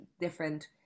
different